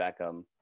Beckham